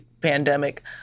pandemic